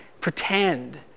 pretend